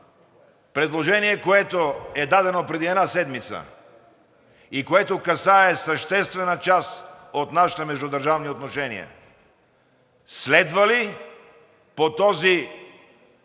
предложението, което е дадено преди една седмица и което касае съществена част от нашите междудържавни отношения, следва ли по този бърз,